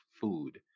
food